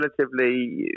relatively